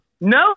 No